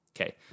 okay